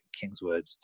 Kingswood